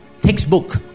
textbook